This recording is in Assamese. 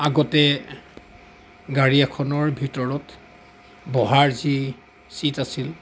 আগতে গাড়ী এখনৰ ভিতৰত বহাৰ যি চিট আছিল